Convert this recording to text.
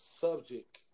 subject